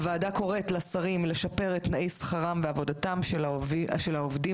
הוועדה קוראת לשרים לשפר את תנאי שכרם ועבודתם של העובדים